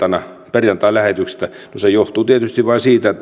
perjantailähetyksestä no se johtuu tietysti vain siitä